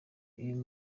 uyu